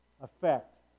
effect